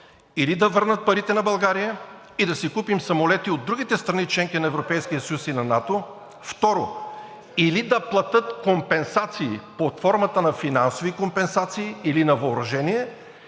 или да върнат парите на България и да си купим самолети от другите страни – членки на Европейския съюз и на НАТО; второ, или да платят компенсации под формата на финансови компенсации или на въоръжение;